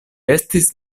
estis